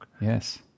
Yes